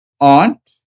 aunt